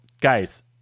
guys